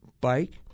bike